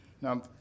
now